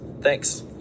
Thanks